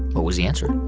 what was the answer?